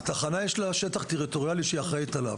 לתחנה יש שטח טריטוריאלי שהיא אחראית עליו,